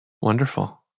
Wonderful